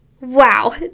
wow